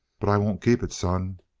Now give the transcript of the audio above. but i won't keep it, son.